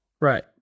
Right